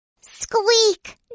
Squeak